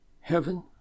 heaven